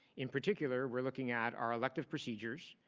in particular we're looking at our elective procedures,